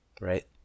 right